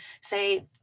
say